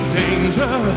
danger